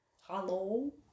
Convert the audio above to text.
hello